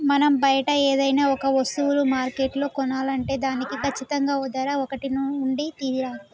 మనం బయట ఏదైనా ఒక వస్తువులు మార్కెట్లో కొనాలంటే దానికి కచ్చితంగా ఓ ధర ఒకటి ఉండి తీరాలి